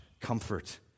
Comfort